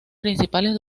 principales